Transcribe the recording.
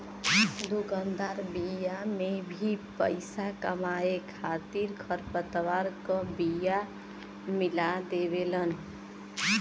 दुकानदार बिया में भी पईसा कमाए खातिर खरपतवार क बिया मिला देवेलन